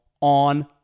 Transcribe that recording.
on